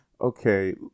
okay